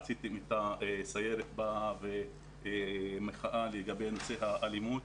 עשיתם את הסיור והמחאה בנושא האלימות.